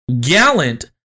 gallant